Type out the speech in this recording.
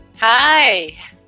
Hi